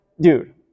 dude